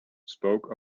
spoke